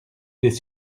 des